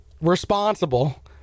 responsible